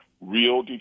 real